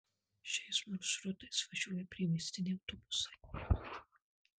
šiais maršrutais važiuoja priemiestiniai autobusai